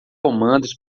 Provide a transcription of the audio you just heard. comandos